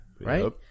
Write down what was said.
right